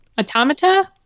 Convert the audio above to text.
Automata